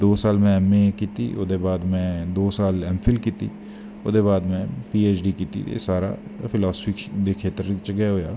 दो साल में ऐम ए कीती ओह्दै बाद मैं दो साल ऐम फिल कीती ओह्ॅदै बाद में पी ऐच डी कीती एह् सारा फिलासिफी दे खेत्तर च गै होया